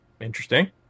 Interesting